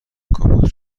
کاپوت